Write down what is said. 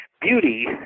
beauty